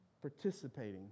participating